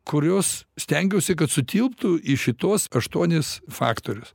kurios stengiausi kad sutilptų į šituos aštuonis faktorius